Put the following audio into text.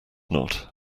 not